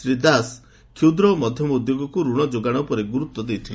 ଶ୍ରୀ ଦାସ କ୍ଷୁଦ୍ର ଓ ମଧ୍ୟମ ଉଦ୍ୟୋଗକୁ ଋଣ ଯୋଗାଣ ଉପରେ ଗୁରୁତ୍ୱ ଦେଇଥିଲେ